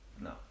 no